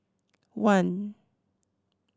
one